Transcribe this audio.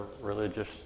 religious